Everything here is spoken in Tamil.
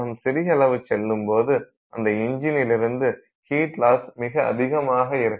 நாம் சிறிய அளவு செல்லும் போது அந்த இஞ்சினிலிருந்து ஹீட் லாஸ் மிக அதிகமாக இருக்கும்